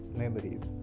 memories